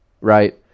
right